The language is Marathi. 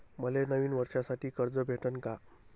मले नवीन वर्षासाठी कर्ज भेटन का?